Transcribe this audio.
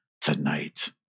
tonight